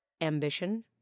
ambition